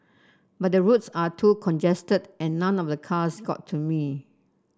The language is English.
but the roads are too congested and none of the cars got to me